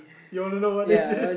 you wanna know what it is